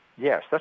Yes